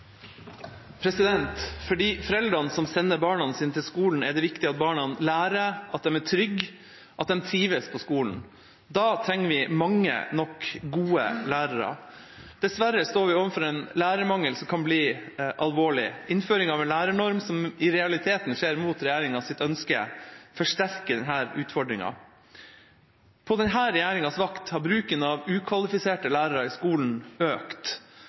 foreldrene som sender barna sine til skolen, er det viktig at barna lærer, at de er trygge, at de trives på skolen. Da trenger vi mange nok gode lærere. Dessverre står vi overfor en lærermangel som kan bli alvorlig. Innføring av en lærernorm som i realiteten skjer mot regjeringas ønske, forsterker denne utfordringen. På denne regjeringas vakt har bruken av ukvalifiserte lærere i skolen økt